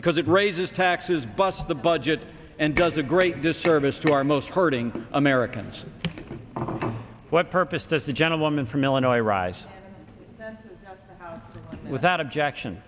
because it raises taxes bust the budget and does a great disservice to our most hurting americans what purpose does the gentlewoman from illinois rise without objection